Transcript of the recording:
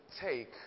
take